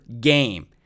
game